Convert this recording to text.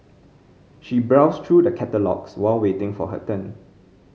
she browsed through the catalogues while waiting for her turn